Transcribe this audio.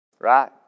right